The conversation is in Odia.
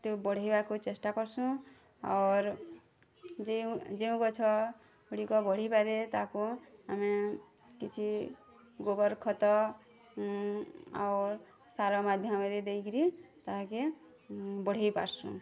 ତିଉ ବଢ଼େଇବାକୁ ଚେଷ୍ଟା କରସୁଁ ଔର ଯେଉଁ ଯେଉଁ ଗଛଗୁଡ଼ିକ ବଢ଼ିପାରେ ତାକୁ ଆମେ କିଛି ଗୋବର୍ ଖତ ଔର ସାର ମାଧ୍ୟମରେ ଦେଇକିରି ତାହାକେ ବଢ଼େଇ ପାରସୁଁ